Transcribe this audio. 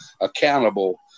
accountable